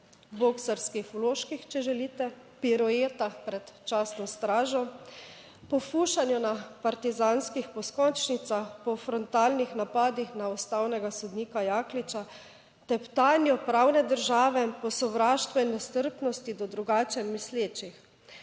boksarskih vložkih, če želite, piruetah pred častno stražo, po fušanju na partizanskih poskončnicah, po frontalnih napadih na ustavnega sodnika Jakliča, teptanju pravne države, po sovraštva in nestrpnosti do drugače mislečih.